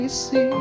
see